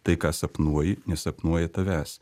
tai ką sapnuoji nesapnuoja tavęs